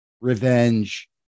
revenge